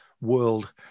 world